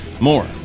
More